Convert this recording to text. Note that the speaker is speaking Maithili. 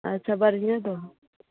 अच्छा बढ़ियेँ दहऽ